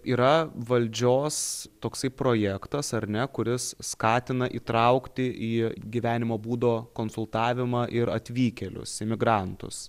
yra valdžios toksai projektas ar ne kuris skatina įtraukti į gyvenimo būdo konsultavimą ir atvykėlius imigrantus